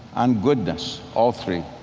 and goodness, all three.